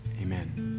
amen